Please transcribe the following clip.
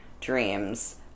dreams